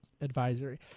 advisory